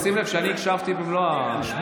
שים לב שאני הקשבתי למלוא דבריך.